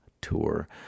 tour